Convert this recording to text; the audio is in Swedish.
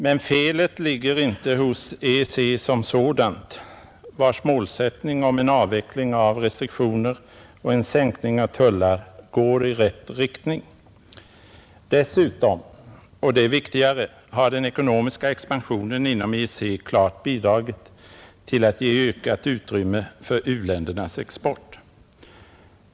Men felet ligger inte hos EEC, som sådant, vars målsättning om en avveckling av restriktioner och en sänkning av tullar går i rätt riktning. Dessutom — och det är viktigare — har den ekonomiska expansionen inom EEC klart bidragit till att ge ökat utrymme för u-ländernas export.